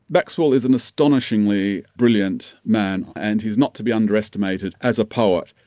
maxwell is an astonishingly brilliant man and he is not to be underestimated as a poet.